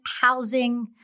housing